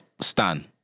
Stan